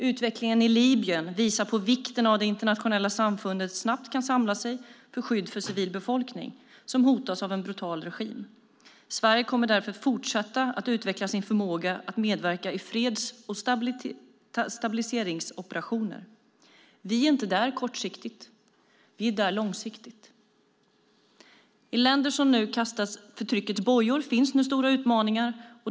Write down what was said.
Utvecklingen i Libyen visar på vikten av att det internationella samfundet snabbt kan samla sig till skydd för civilbefolkning som hotas av en brutal regim. Sverige kommer därför att fortsätta utveckla sin förmåga att medverka i freds och stabiliseringsoperationer. Vi är inte där kortsiktigt. Vi är där långsiktigt. I länder som nu kastar förtryckets bojor finns stora utmaningar.